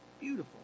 beautiful